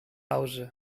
hause